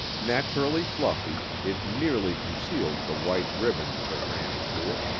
naturally fluffy, it nearly concealed the white riband that ran through it,